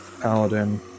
paladin